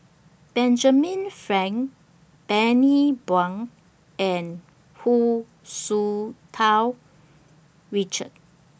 Benjamin Frank Bani Buang and Hu Tsu Tau Richard